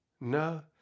No